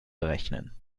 berechnen